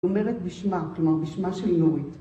אומרת בשמה, כלומר בשמה של נויט.